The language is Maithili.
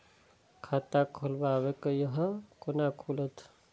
खाता खोलवाक यै है कोना खुलत?